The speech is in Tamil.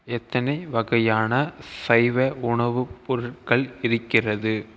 எத்தனை வகையான சைவ உணவுப் பொருட்கள் இருக்கிறது